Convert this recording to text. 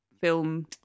film